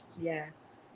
Yes